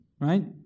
Right